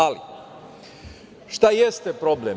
Ali, šta jeste problem?